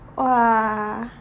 !wah!